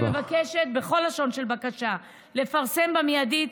אני מבקשת בכל לשון של בקשה לפרסם מיידית